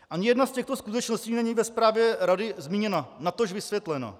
Ani jedna z těchto skutečností není ve zprávě rady zmíněna, natož vysvětlena.